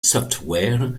software